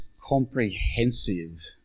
comprehensive